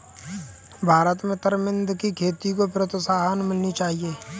भारत में तरमिंद की खेती को प्रोत्साहन मिलनी चाहिए